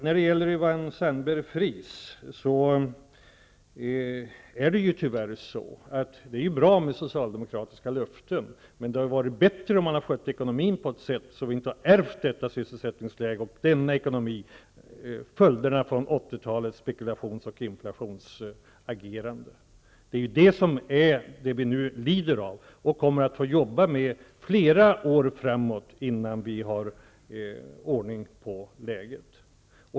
Till Yvonne Sandberg-Fries vill jag säga att det är bra med socialdemokratiska löften, men det hade varit bättre om Socialdemokraterna hade skött ekonomin på ett sådant sätt att vi inte hade ärvt detta sysselsättningsläge och denna ekonomi, dvs. följderna av 80-talets spekulations och inflationsagerande. Det är det som vi nu lider av och som vi kommer att få jobba med i flera år framåt innan vi får ordning på läget.